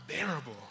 unbearable